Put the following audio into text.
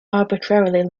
arbitrarily